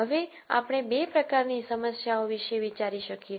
હવે આપણે બે પ્રકાર ની સમસ્યાઓ વિષે વિચારી શકીએ